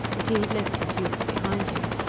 that he had left his youth behind him.